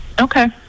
Okay